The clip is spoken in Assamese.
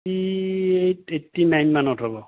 এইটি এইটি নাইন মানত হ'ব